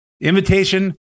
invitation